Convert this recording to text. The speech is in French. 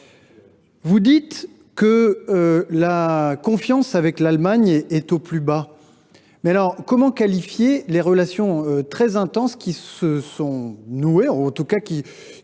relation de confiance avec l’Allemagne est au plus bas. Mais alors, comment qualifier les relations très intenses qui se sont nouées, ou en tout cas qui